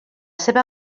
seva